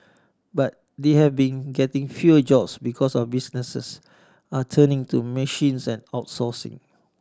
but they have been getting fewer jobs because of businesses are turning to machines outsourcing